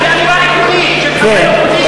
זו אמירה עקרונית של חבר אופוזיציה,